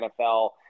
NFL